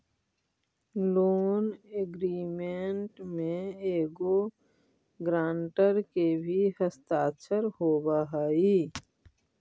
loan agreement में एगो guarantor के भी हस्ताक्षर होवऽ हई